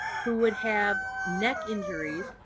who would have neck injuries.